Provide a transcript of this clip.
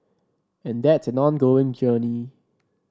and that's an ongoing journey